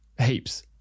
heaps